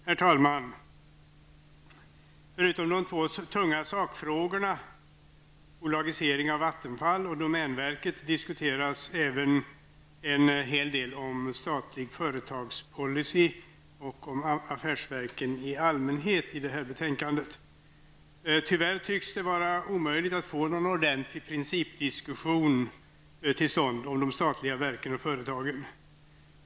Herr talman! Förutom de tunga sakfrågorna -- diskuteras i det här betänkandet även en hel del om statlig företagspolicy och affärsverken i allmänhet. Tyvärr tycks det vara omöjligt att få till stånd någon ordentlig principdiskussion om de statliga verken och företagen.